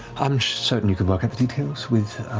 i'm certain you could work out the details with